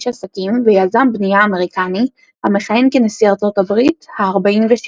איש עסקים ויזם בנייה אמריקני המכהן כנשיא ארצות הברית ה-47.